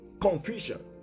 Confusion